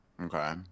okay